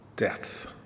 death